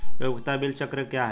उपयोगिता बिलिंग चक्र क्या है?